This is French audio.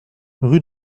rue